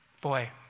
Boy